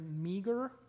meager